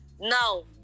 now